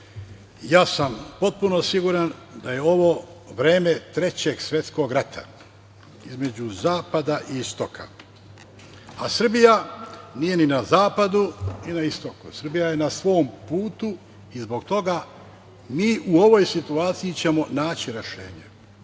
ja sam potpuno siguran da je ovo vreme trećeg svetskog rata između Zapada i Istoka, a Srbija nije ni na Zapadu ni na Istoku, Srbija je na svom putu i zbog toga mi u ovoj situaciji ćemo naći rešenje. Svaki